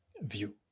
view